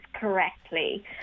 correctly